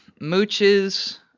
Mooches